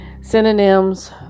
synonyms